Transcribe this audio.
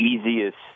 easiest